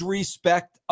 respect